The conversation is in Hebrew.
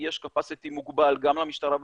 יש קפסיטי מוגבל גם למשטרה ולפרקליטות,